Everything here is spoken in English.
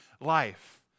life